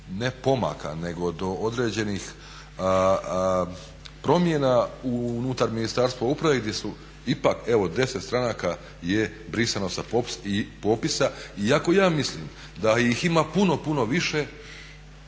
ne pomaka nego do određenih promjena unutar Ministarstva uprave gdje su ipak evo 10 stranaka je brisano sa popisa. Iako ja mislim da ih ima puno, puno više